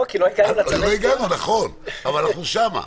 עוד לא הגענו, נכון, אבל אנחנו שם.